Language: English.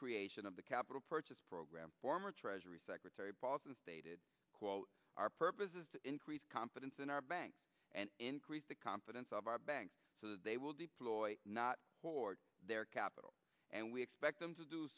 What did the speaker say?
creation of the capital purchase program former treasury secretary paulson stated quote our purpose is to increase confidence in our banks and increase the confidence of our banks so that they will deploy not hoard their capital and we expect them to do